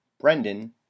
brendan